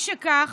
משכך,